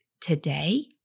today